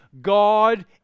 God